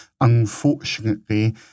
Unfortunately